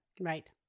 Right